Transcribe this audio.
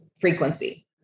frequency